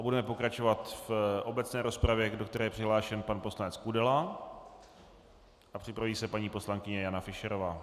Budeme pokračovat v obecné rozpravě, do které je přihlášen pan poslanec Kudela, připraví se paní poslankyně Jana Fischerová.